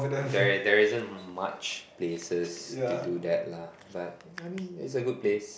there there isn't much places to do that lah but I mean is a good place